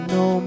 no